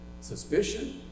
suspicion